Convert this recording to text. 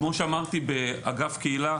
כמו שאמרתי, באגף הקהילה,